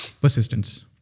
persistence